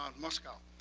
um moscow.